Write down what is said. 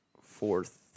fourth